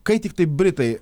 kai tiktai britai